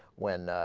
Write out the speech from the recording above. when ah. ah.